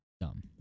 dumb